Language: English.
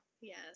yes